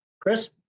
Chris